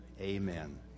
Amen